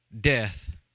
death